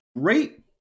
great